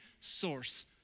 source